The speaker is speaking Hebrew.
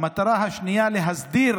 המטרה השנייה, להסדיר